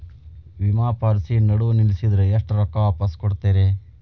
ವಿಮಾ ಪಾಲಿಸಿ ನಡುವ ನಿಲ್ಲಸಿದ್ರ ಎಷ್ಟ ರೊಕ್ಕ ವಾಪಸ್ ಕೊಡ್ತೇರಿ?